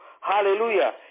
hallelujah